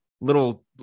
little